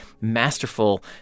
masterful